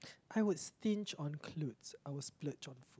I would stinge on clothes I would splurge on food